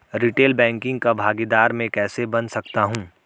Retail banking का भागीदार मैं कैसे बन सकता हूँ?